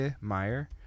meyer